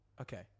Okay